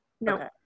no